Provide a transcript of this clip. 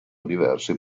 diversi